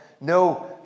No